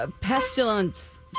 Pestilence